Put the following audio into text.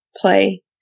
play